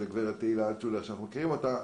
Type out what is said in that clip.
גב' תהילה אלטשולר שאנחנו מכירים אותה,